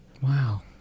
Wow